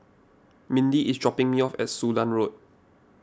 Mindy is dropping me off at Sudan Road